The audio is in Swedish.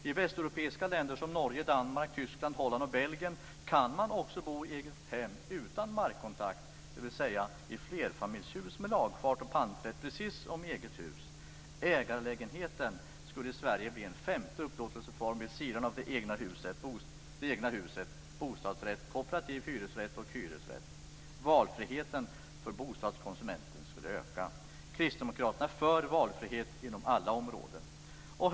I västeuropeiska länder som Norge, Danmark, Tyskland, Holland och Belgien kan man också bo i egna hem utan markkontakt, dvs. i flerfamiljshus med lagfart och panträtt, precis som i eget hus. Ägarlägenheten skulle i Sverige bli en femte upplåtelseform vid sidan av det egna huset, bostadsrätt, kooperativ hyresrätt och hyresrätt. Valfriheten för bostadskonsumenten skulle öka. Kristdemokraterna är för valfrihet inom alla områden.